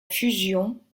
fusion